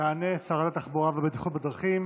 תענה שרת התחבורה והבטיחות בדרכים